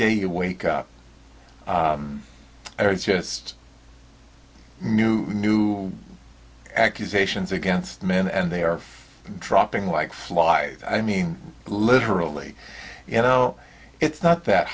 day you wake up it's just new new accusations against me and they are dropping like flies i mean literally you know it's not that